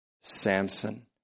Samson